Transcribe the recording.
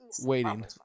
waiting